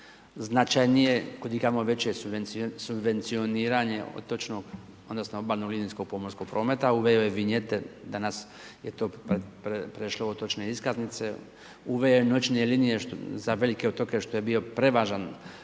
značajnije, kudikamo veće subvencioniranje otočnog odnosno obalno linijskog pomorskog prometa, uveo je vinjete, danas je to prešlo u otočne iskaznice, uveo je noćne linije za velike otoke, što je bio prevažan